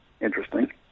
interesting